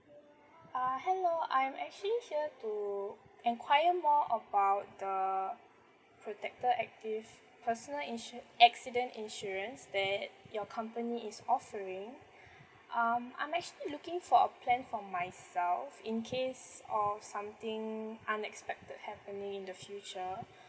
uh hello I'm actually here to enquire more about the protector active personal insu~ accident insurance that your company is offering um I'm actually looking for a plan for myself in case of something unexpected happening in the future